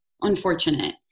unfortunate